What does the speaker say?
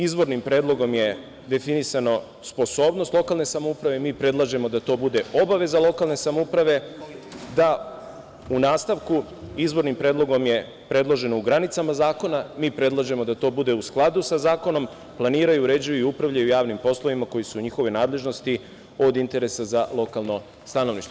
Izbornim predlogom je definisana sposobnost lokalne samouprave, a mi predlažemo da to bude obaveza lokalne samouprave da u, nastavku je izbornim predlogom predloženo - granicama zakona, mi predlažemo da to bude - u skladu sa zakonom, planiraju, uređuju, upravljaju javnim poslovima koji su u njihove nadležnosti od interesa za lokalno stanovništvo.